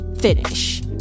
finish